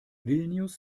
vilnius